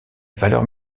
valeur